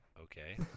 Okay